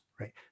Right